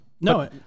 No